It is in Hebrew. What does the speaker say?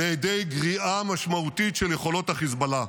ידי גריעה משמעותית של יכולות חיזבאללה.